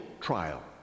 trial